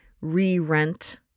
re-rent